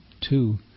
two